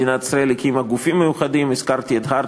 מדינת ישראל הקימה גופים מיוחדים: הזכרתי את HEART,